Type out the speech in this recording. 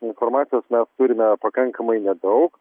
informacijos mes turime pakankamai nedaug